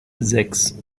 sechs